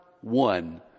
one